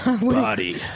body